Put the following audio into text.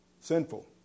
sinful